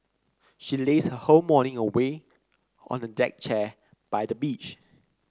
she lazed her whole morning away on a deck chair by the beach